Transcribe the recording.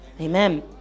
Amen